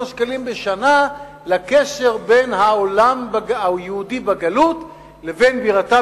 השקלים בשנה לקשר בין העולם היהודי בגלות לבין בירתו,